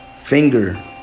Finger